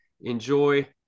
enjoy